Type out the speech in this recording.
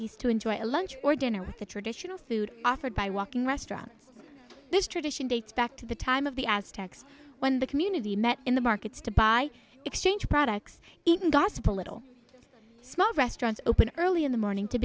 o enjoy a lunch or dinner with the traditional food offered by walking restaurants this tradition dates back to the time of the aztecs when the community met in the markets to buy exchange products even gossip a little small restaurants open early in the morning to